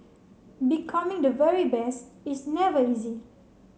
becoming the very best is never easy